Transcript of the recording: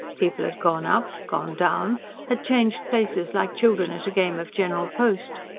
people had gone up, gone down had changed places like children at a game of general post.